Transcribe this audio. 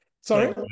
Sorry